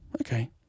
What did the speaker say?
Okay